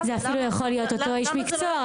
זה יכול להיות אותו איש מקצוע,